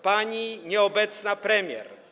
Pani nieobecna Premier!